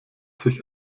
sich